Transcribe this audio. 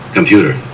Computer